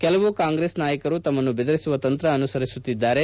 ಕೆಲವು ಕಾಂಗ್ರೆಸ್ ನಾಯಕರು ತಮ್ಮನ್ನು ಬೆದರಿಸುವ ತಂತ್ರ ಅನುಸರಿಸುತ್ತಿದ್ದಾರೆ